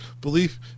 Belief